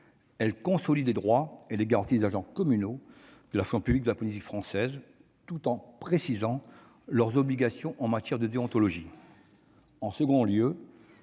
elle consolide les droits et les garanties des agents communaux de la fonction publique de la Polynésie française, tout en précisant leurs obligations en matière de déontologie. En second lieu,